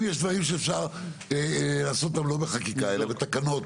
אם יש דברים שאפשר לעשות אותם לא בחקיקה אלא בתקנות,